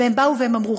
והם באו ואמרו,